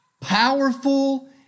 Powerful